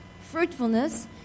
Fruitfulness